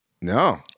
No